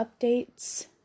Updates